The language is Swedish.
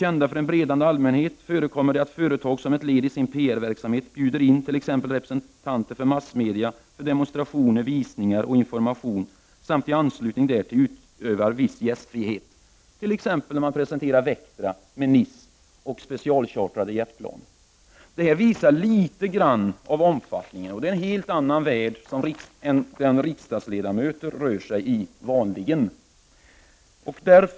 kända för en bredare allmänhet, förekommer det att företag som ett led i sin PR-verksamhet bjuder in t.ex. representanter för massmedia för demonstrationer, visningar och informaton samt i anslutning därtill utövar viss gästfrihet”, t.ex. när man presenterar bilmodeller i Nice och har specialchartrade jetplan. Detta visar något av omfattningen. Det är en helt annan värld än den riksdagsledamöter vanligen rör sig i.